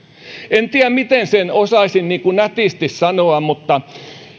en tiedä miten sen osaisin nätisti sanoa mutta